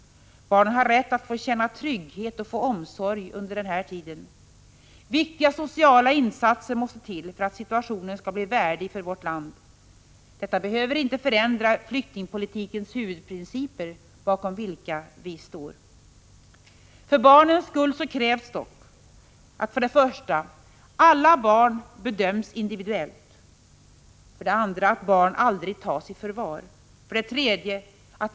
Barnen har rätt att känna trygghet och få omsorg under den här tiden. Viktiga sociala insatser måste till för att situationen skall bli värdig för vårt land. Detta behöver inte förändra flyktingpolitikens huvudprinciper, bakom vilka vi står. För barnens skull krävs dock: 1. Alla barn skall bedömas individuellt. 2. Barn skall aldrig tas i förvar. 3.